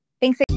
Thanks